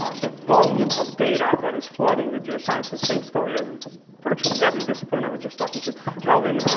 ah the volume of data that is flooding the geosciences same story as in virtually every discipline. i was just talking to calvin